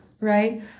Right